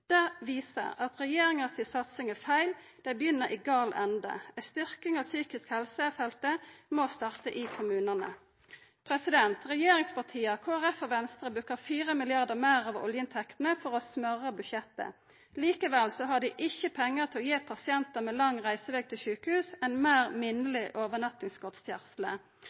Det viser at regjeringa si satsing er feil, dei begynner i feil ende. Ei styrking av det psykiske helsefeltet må starta i kommunane. Regjeringspartia, Kristeleg Folkeparti og Venstre bruker 4 mrd. kr meir av oljeinntektene for å smørja budsjettet. Likevel har dei ikkje pengar til å gi pasientar med lang reiseveg til sjukehus ein meir minneleg